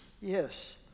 Yes